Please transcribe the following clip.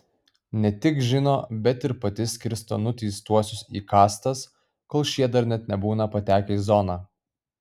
ne tik žino bet ir pati skirsto nuteistuosius į kastas kol šie dar net nebūna patekę į zoną